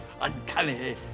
uncanny